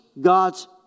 God's